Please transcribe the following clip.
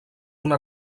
una